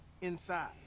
inside